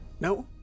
No